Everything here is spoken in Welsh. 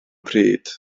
pryd